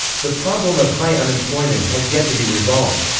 the problem of high unemployment has yet to be resolved.